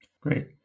Great